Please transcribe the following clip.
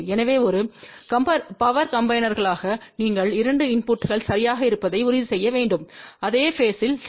எனவே ஒரு பவர் கம்பினேர்பாளராக நீங்கள் 2 இன்புட்கள் சரியாக இருப்பதை உறுதி செய்ய வேண்டும் அதே பேஸ்த்தில் சரி